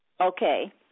Okay